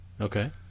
Okay